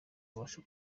abasha